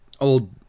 old